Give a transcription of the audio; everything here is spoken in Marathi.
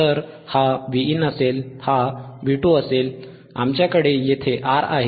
तर हा Vin असेल हा V2 असेल आमच्याकडे येथे R आहे